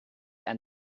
and